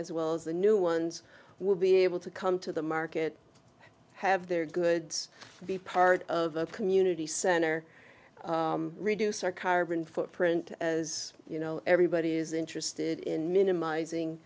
as well as the new ones will be able to come to the market have their goods be part of a community center reduce our carbon footprint as you know everybody's interested in minimizing